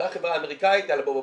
אתה חברה אמריקאית יאללה בוא,